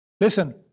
Listen